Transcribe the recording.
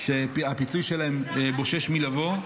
שהפיצוי שלהם בושש לבוא,